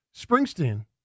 Springsteen